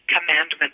Commandment